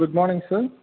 good morning sir